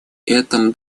этом